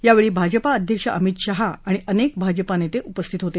यावेळी भाजपा अध्यक्ष अमित शहा आणि अनेक भाजपा नेते उपस्थित होते